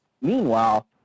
Meanwhile